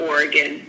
Oregon